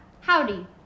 Howdy